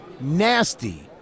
nasty